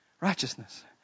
righteousness